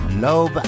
Love